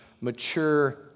mature